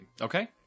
Okay